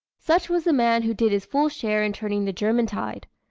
such was the man who did his full share in turning the german tide.